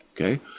okay